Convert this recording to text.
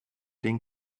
den